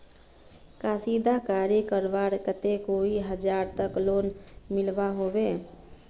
कशीदाकारी करवार केते कई हजार तक लोन मिलोहो होबे?